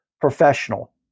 professional